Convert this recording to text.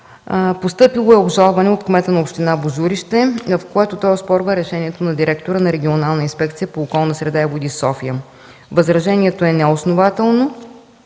Постъпило е обжалване от кмета на община Божурище, в което той оспорва решението на директора на Регионална инспекция по околна среда и води – София. Възражението е неоснователно,